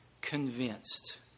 convinced